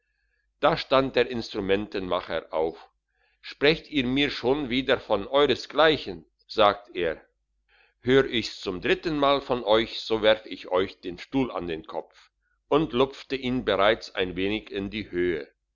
da stand der instrumentenmacher auf sprecht ihr mir schon wieder von euresgleichen sagt er hör ich's zum dritten mal von euch so werf ich euch den stuhl an den kopf und lupfte ihn bereits ein wenig in die höhe